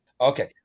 Okay